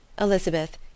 Elizabeth